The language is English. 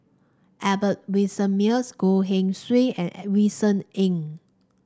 Albert Winsemius Goh Keng Swee and Vincent Ng